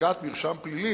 במחיקת מרשם פלילי,